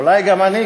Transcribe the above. אולי גם אני,